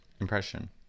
impression